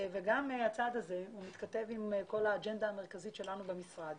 הצעד הזה גם מתכתב עם כל האג'נדה המרכזית שלנו במשרד